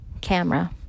Camera